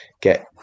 get